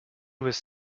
was